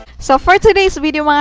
so for today's video, um